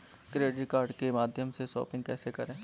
Credit card के माध्यम से शॉपिंग कैसे करें?